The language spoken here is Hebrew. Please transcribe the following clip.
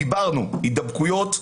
הידבקויות,